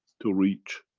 to reach.